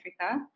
Africa